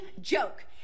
joke